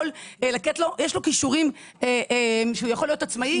יש לו כישורים שהוא יכול להיות עצמאי.